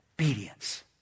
obedience